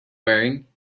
wearing